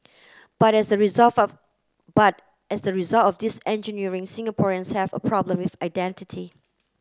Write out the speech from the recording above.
but as the but as the result of this engineering Singaporeans have a problem with identity